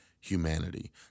humanity